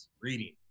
reading